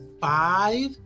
five